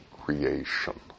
creation